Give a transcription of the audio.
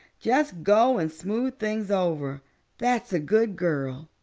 just go and smooth things over that's a good girl.